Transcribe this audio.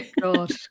God